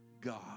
God